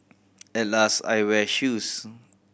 at last I wear shoes